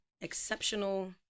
exceptional